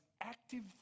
active